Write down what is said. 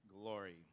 glory